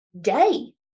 day